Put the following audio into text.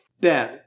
Ben